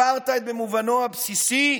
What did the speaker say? אפרטהייד, במובנו הבסיסי,